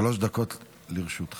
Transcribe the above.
שלוש דקות לרשותך.